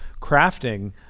crafting